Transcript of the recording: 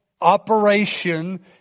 operation